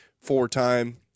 four-time